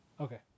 Okay